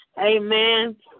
Amen